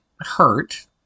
hurt